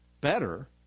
better